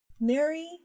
Mary